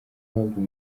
uhabwa